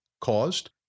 caused